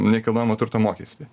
nekilnojamo turto mokestį